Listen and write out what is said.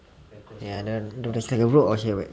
ya there there's like a road outside right